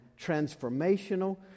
transformational